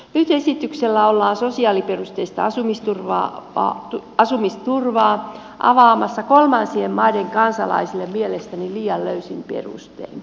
nyt esityksellä ollaan sosiaaliperusteista asumisturvaa avaamassa kolmansien maiden kansalaisille mielestäni liian löysin perustein